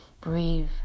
breathe